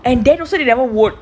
and then also you never work